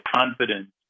confidence